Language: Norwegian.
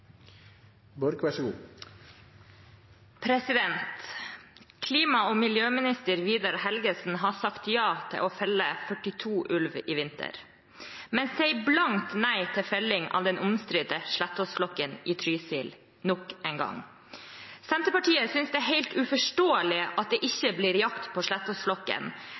Klima- og miljøminister Vidar Helgesen har sagt ja til å felle 42 ulv i vinter, men sier blankt nei til felling av den omstridte Slettås-flokken i Trysil – nok en gang. Senterpartiet synes det er helt uforståelig at det ikke blir jakt på